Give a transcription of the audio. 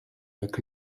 jak